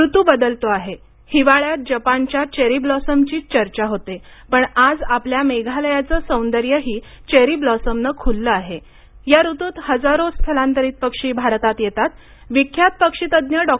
ऋतू बदलतो आहे हिवाळ्यात जपानच्या चेरीब्लॉसमची चर्चा होते पण आज आपल्या मेघालयाचं सौंदर्यही चेरी ब्लॉसमनं खुललं आहे या ऋतूत हजारो स्थलांतरित पक्षी भारतात येतात विख्यात पक्षीतज्ज्ञ डॉ